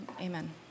amen